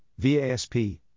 VASP